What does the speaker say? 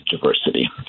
diversity